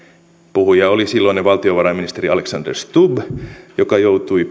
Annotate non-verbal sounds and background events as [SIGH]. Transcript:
puhuja oli silloinen valtiovarainministeri alexander stubb joka joutui [UNINTELLIGIBLE]